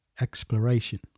exploration